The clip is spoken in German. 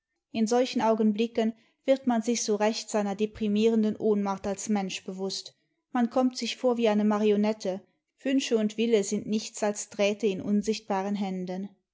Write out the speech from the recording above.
in solchen augenblicken wird man sich so recht seiner deprimierenden ohnmacht als mensch bewußt man kommt sich vor wie eine marionette wünsche imd wille sind nichts als drähte in imsichtbaren händen